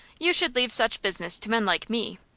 you should leave such business to men like me!